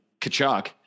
Kachuk